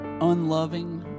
unloving